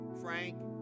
Frank